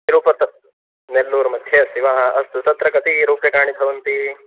तिरुपत नेल्लूर् मध्ये अस्ति वा हा अस्तु तत्र कति रूप्यकाणि भवन्ति